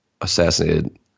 assassinated